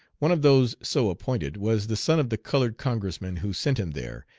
one of those so appointed was the son of the colored congressman who sent him there,